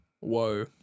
whoa